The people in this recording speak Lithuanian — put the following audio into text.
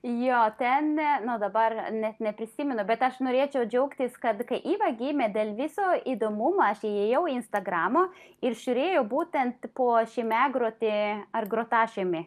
jo ten nu dabar net neprisimenu bet aš norėčiau džiaugtis kad kai iva gimė dėl viso įdomumo aš įėjau į instagramą ir žiūrėjau būtent po žymiagrotė ar grotažymė